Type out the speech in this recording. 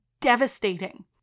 devastating